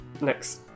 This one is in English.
next